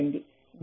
gamma 0